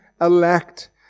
elect